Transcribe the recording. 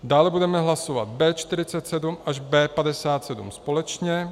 Dále budeme hlasovat B47 až B57 společně.